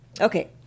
Okay